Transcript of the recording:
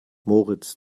moritz